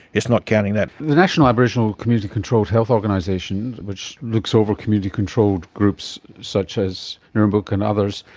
it's not counting that. the national aboriginal community controlled health organisation, which looks over community-controlled groups such as nirrumbuk and others,